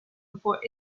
before